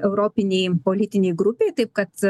europinei politinei grupei taip kad